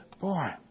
Boy